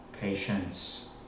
patience